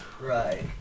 Right